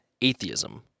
atheism